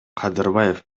кадырбаев